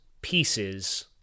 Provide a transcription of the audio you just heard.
pieces